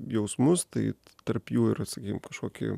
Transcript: jausmus tai tarp jų ir sakykim kažkokį